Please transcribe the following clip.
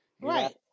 Right